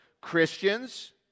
Christians